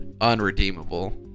unredeemable